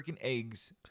eggs